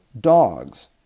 dogs